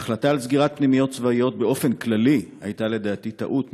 ההחלטה על סגירת פנימיות צבאיות באופן כללי הייתה לדעתי טעות,